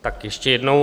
Tak ještě jednou.